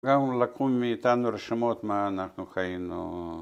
‫גם הוא לקחו מאיתנו רשומות ‫מה אנחנו היינו..